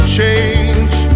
change